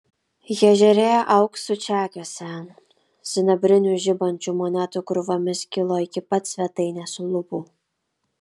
jie žėrėjo auksu čekiuose sidabrinių žibančių monetų krūvomis kilo iki pat svetainės lubų